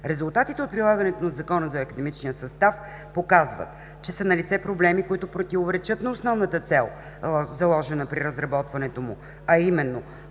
Резултатите от прилагането на Закона за академичния състав показват, че са налице проблеми, които противоречат на основната цел, заложена при разработването му, а именно: